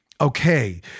okay